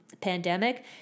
pandemic